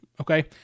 okay